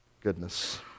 Goodness